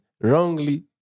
wrongly